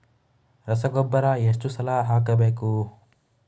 ರಸಗೊಬ್ಬರ ಎಷ್ಟು ಸಲ ಹಾಕಬೇಕು?